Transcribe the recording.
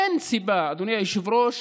אין סיבה, אדוני היושב-ראש,